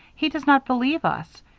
he does not believe us.